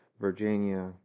Virginia